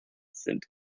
sind